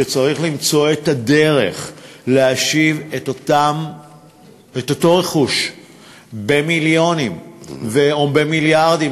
שצריך למצוא את הדרך להשיב את אותו רכוש במיליונים או במיליארדים,